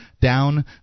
down